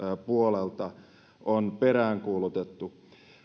puolelta on peräänkuulutettu